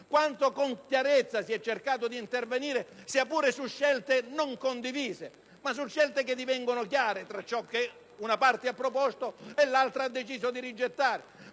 quanta chiarezza si è cercato d'intervenire, sia pure su scelte non condivise e che però diventano chiare, su ciò che una parte ha proposto e una parte ha deciso di rigettare.